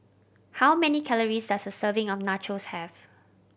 how many calories does a serving of Nachos have